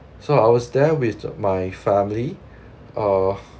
so I was there with my family uh